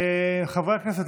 חברי הכנסת,